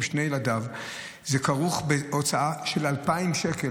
שני ילדיו זה כרוך בהוצאה של 2,000 שקל.